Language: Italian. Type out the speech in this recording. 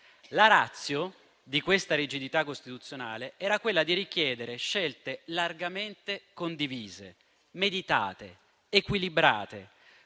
La *ratio* di questa rigidità costituzionale era quella di richiedere scelte largamente condivise, meditate, equilibrate,